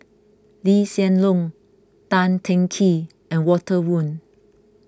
Lee Hsien Loong Tan Teng Kee and Walter Woon